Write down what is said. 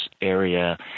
area